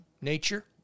nature